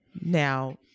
Now